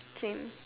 same